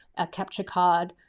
a capture card,